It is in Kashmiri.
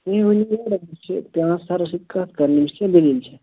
تُہی ؤنِو مےٚ چھِ پٮ۪وان سَرَس سۭتۍ کتھ کَرٕنۍ أمِس کیٛاہ دٔلیٖل چھِ